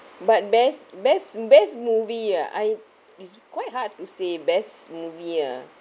but best best best movie ah I it's quite hard to say best movie ah